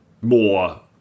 more